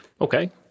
Okay